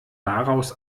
daraus